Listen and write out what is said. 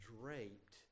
draped